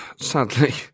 sadly